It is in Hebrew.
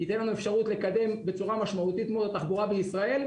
ייתן לנו אפשרות לקדם בצורה משמעותית מאוד את התחבורה בישראל.